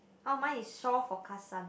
oh mine is shore forecast sun